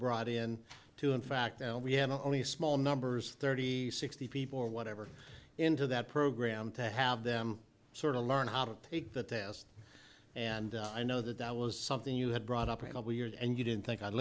brought in to in fact we have only a small numbers thirty sixty people or whatever into that program to have them sort of learn how to take that this and i know that that was something you had brought up in a couple years and you didn't think i